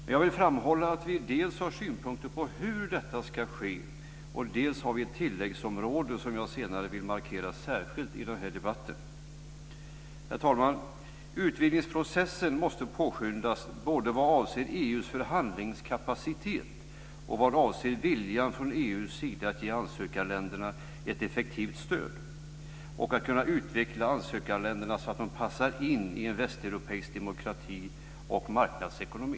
Men jag vill framhålla att vi dels har synpunkter på hur detta ska ske, dels att vi har ett tilläggsområde som jag senare särskilt vill markera i debatten. Herr talman! Utvidgningsprocessen måste påskyndas både vad avser EU:s förhandlingskapacitet och vad avser viljan från EU:s sida att ge ansökarländerna ett effektivt stöd i deras utveckling så att de passar in i en västeuropeisk demokrati och marknadsekonomi.